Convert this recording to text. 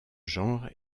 genre